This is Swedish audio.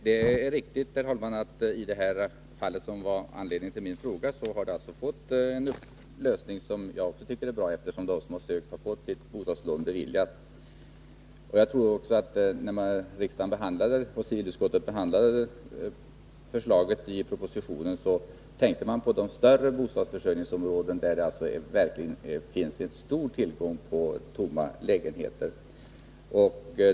Herr talman! Det är riktigt att det fall som var anledningen till min fråga har fått en lösning som jag tycker är bra; de som har sökt har fått sitt bostadslån beviljat. Jag tror att man när riksdagen och civilutskottet behandlade propositionen tänkte på de större bostadsförsörjningsområden, där det verkligen finns en stor tillgång på tomma lägenheter.